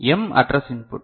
m address input